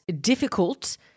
difficult